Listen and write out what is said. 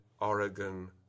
Oregon